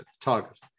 target